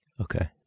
Okay